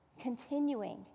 continuing